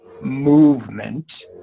movement